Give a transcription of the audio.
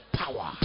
power